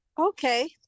Okay